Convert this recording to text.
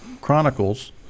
Chronicles